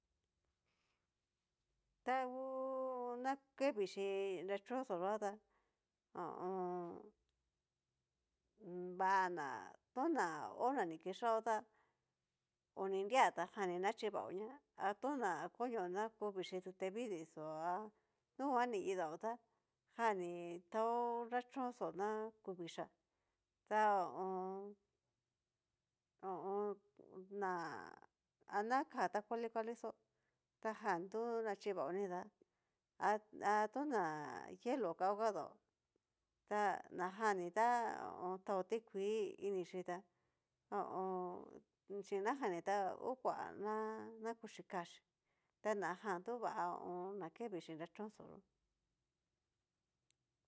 Ta ngu na ke vixhii nrachoxó yó tá, ho o on. va na toná ho na ni kixhaó tá oni nria ta jan ni naxhivaoña, atoña konio na nruvixhii tutevidii xó a nuguan ni kidaó tá jan ni taó nrachoxó na kú vixha ta ho o on. ho o on. ná aná ka ta kuali kuali xó ta jan nachivaó nidá, ha ha tona hielo kao kadao ta najan ni ta taó tikuii ini xhi tá ho o on. xhin najani ta hú kua ná kuxhi kaxhi ta najn tu vá na ke vixhii nrachón xó yó.